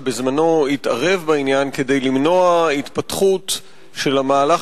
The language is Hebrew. שבזמנו התערב בעניין כדי למנוע התפתחות של המהלך